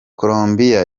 colombia